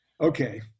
Okay